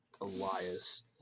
Elias